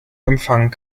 empfang